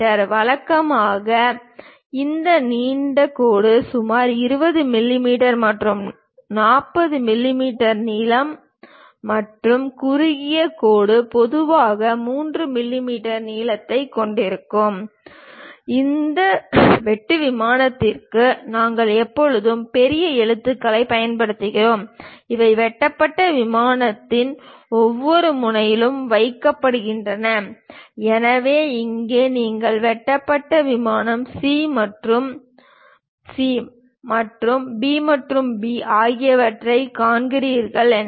வழக்கமாக இந்த நீண்ட கோடு சுமார் 20 மிமீ முதல் 40 மிமீ நீளம் மற்றும் குறுகிய கோடு பொதுவாக 3 மிமீ நீளத்தைக் கொண்டிருக்கும் இந்த வெட்டு விமானத்திற்கு நாங்கள் எப்போதும் பெரிய எழுத்துக்களைப் பயன்படுத்துகிறோம் இவை வெட்டப்பட்ட விமானத்தின் ஒவ்வொரு முனையிலும் வைக்கப்படுகின்றன எனவே இங்கே நீங்கள் வெட்டப்பட்ட விமானம் சி மற்றும் சி மற்றும் பி மற்றும் பி ஆகியவற்றைக் காண்கிறீர்கள் என்றால்